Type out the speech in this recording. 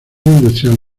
industrial